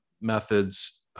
methods